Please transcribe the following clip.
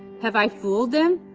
have i fooled them?